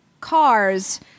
cars